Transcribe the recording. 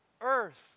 earth